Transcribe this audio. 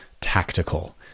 tactical